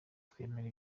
kwemera